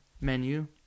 menu